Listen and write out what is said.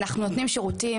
אנחנו נותנים שירותים,